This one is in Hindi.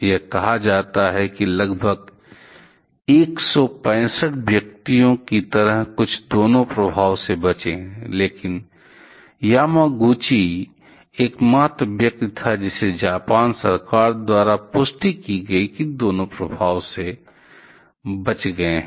यह कहा जाता है कि लगभग 165 व्यक्तियों की तरह कुछ दोनों प्रभाव से बचे लेकिन यामागुची एकमात्र व्यक्ति था जिसे जापान सरकार द्वारा पुष्टि की गई थी कि दोनों प्रभाव बच गए हैं